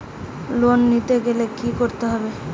Loan নিতে গেলে কি করতে হবে?